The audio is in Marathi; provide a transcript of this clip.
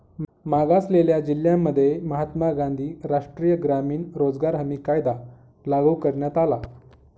मागासलेल्या जिल्ह्यांमध्ये महात्मा गांधी राष्ट्रीय ग्रामीण रोजगार हमी कायदा लागू करण्यात आला